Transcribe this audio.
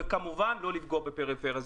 וכמובן לא לפגוע בפריפריה,